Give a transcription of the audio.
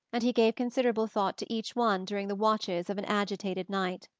and he gave considerable thought to each one during the watches of an agitated night.